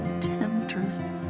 temptress